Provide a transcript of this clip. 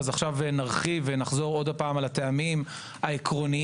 כעת נרחיב ונחזור שוב על הטעמים העקרוניים.